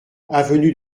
avenue